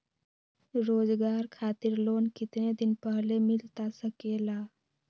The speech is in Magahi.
रोजगार खातिर लोन कितने दिन पहले मिलता सके ला?